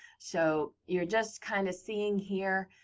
so you're just kind of seeing here.